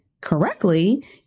correctly